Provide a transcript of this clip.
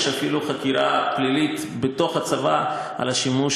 יש אפילו חקירה פלילית בתוך הצבא על השימוש